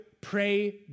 pray